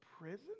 prison